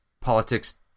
politics